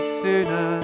sooner